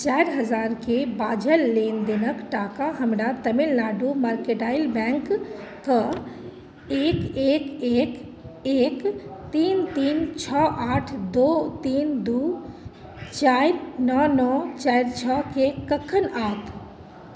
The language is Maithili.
चारि हजारके बाझल लेनदेनके टाका हमरा तमिलनाडु मर्केन्टाइल बैँकके एक एक एक एक तीन तीन छओ आठ दुइ तीन दुइ चारि नओ नओ चारि छओके कखन आओत